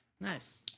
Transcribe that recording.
Nice